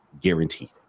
guaranteed